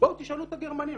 בואו תשאלו את הגרמנים,